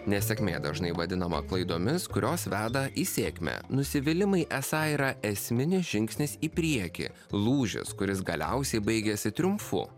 nesėkmė dažnai vadinama klaidomis kurios veda į sėkmę nusivylimai esą yra esminis žingsnis į priekį lūžis kuris galiausiai baigėsi triumfu